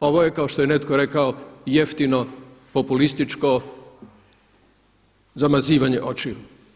ovo je kao što je netko rekao jeftinu populističko zamazivanje očiju.